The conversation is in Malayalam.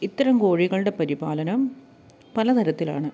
ഇത്തരം കോഴികളുടെ പരിപാലനം പല തരത്തിലാണ്